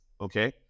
Okay